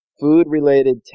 food-related